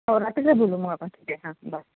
हो रात्रीला बोलू मग आपण ठीक आहे हां बाय